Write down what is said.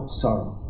sorrow